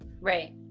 Right